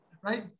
right